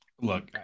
look